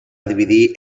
dividir